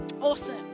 Awesome